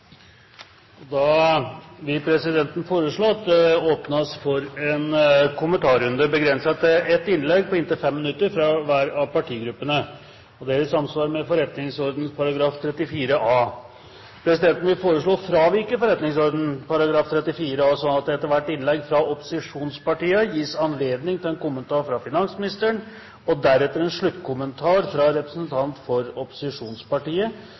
vil foreslå at det nå åpnes for en kommentarrunde, begrenset til ett innlegg på inntil 5 minutter fra hver av partigruppene. Det er i samsvar med forretningsordenens § 34 a. Presidenten vil så foreslå å fravike forretningsordenens § 34 a, slik at det etter hvert innlegg fra opposisjonspartiene gis anledning til en kommentar fra finansministeren og deretter en sluttkommentar fra representanten for opposisjonspartiet